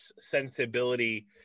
sensibility